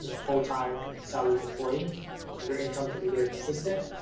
a full-time salaried employee your income can be very consistent.